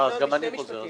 אני רוצה להגיד שני משפטים.